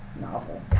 novel